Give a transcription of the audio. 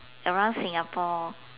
around Singapore